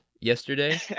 yesterday